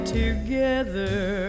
together